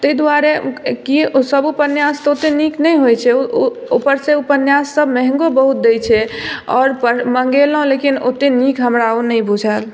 ताहि दुआरे कि ओ सब उपन्यास तऽ ओते नीक नहि होय छै ऊपर से उपन्यास सब महँगो बहुत दै छै आओर मंगेलहुॅं लेकिन ओते नीक हमरा ओ नहि बुझायल